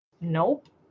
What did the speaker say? Nope